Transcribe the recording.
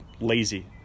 lazy